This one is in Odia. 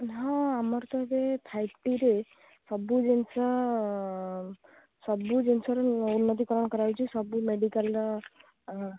ହଁ ଆମର ତ ଏବେ ଫାଇଭ୍ ଟି'ରେ ସବୁ ଜିନିଷ ସବୁ ଜିନିଷର ଉନ୍ନତିକରଣ କରାଯାଉଛି ସବୁ ମେଡ଼ିକାଲ୍ର